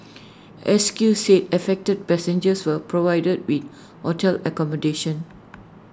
S Q said affected passengers were provided with hotel accommodation